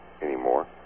anymore